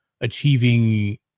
achieving